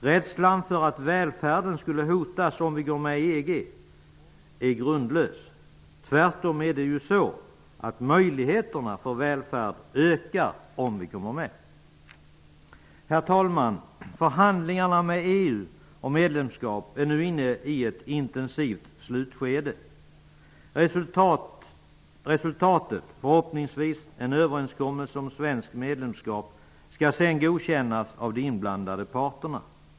Rädslan för att välfärden hotas om vi går med i EG är grundlös. Tvärtom ökar möjligheterna för välfärd om vi går med. Herr talman! Förhandlingarna med EU om medlemskap är nu inne i ett intensivt slutskede. Resultatet -- förhoppningsvis en överenskommelse om svenskt medlemskap -- skall sedan godkännas av de inblandade parterna.